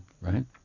Right